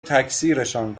تکثیرشان